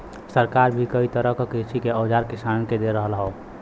सरकार भी कई तरह क कृषि के औजार किसानन के दे रहल हौ